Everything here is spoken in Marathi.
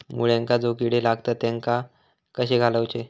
मुळ्यांका जो किडे लागतात तेनका कशे घालवचे?